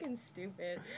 stupid